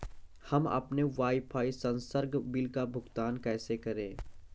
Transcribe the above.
हम अपने वाईफाई संसर्ग बिल का भुगतान कैसे करें?